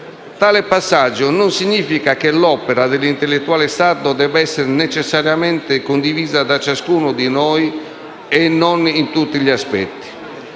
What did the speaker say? Tale passaggio non significa che l'opera dell'intellettuale sardo debba essere necessariamente condivisa da ciascuno di noi e in tutti aspetti.